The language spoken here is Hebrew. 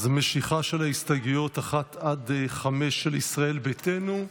אז זו משיכה של ההסתייגויות 1 5 של ישראל ביתנו,